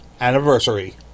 anniversary